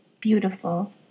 beautiful